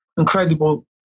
Incredible